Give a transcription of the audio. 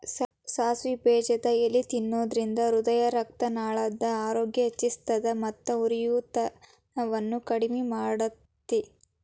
ಸಾಸಿವೆ ಬೇಜದ ಎಲಿ ತಿನ್ನೋದ್ರಿಂದ ಹೃದಯರಕ್ತನಾಳದ ಆರೋಗ್ಯ ಹೆಚ್ಹಿಸ್ತದ ಮತ್ತ ಉರಿಯೂತವನ್ನು ಕಡಿಮಿ ಮಾಡ್ತೆತಿ